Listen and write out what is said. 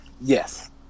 Yes